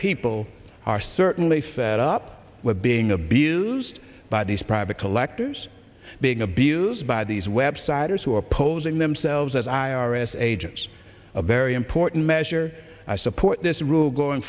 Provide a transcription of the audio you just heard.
people are certainly fed up with being abused by these private collectors being abused by these websites who are posing themselves as i r s agents a very important measure i support this rule going